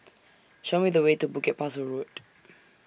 Show Me The Way to Bukit Pasoh Road